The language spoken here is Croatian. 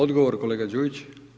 Odgovor kolega Đujić.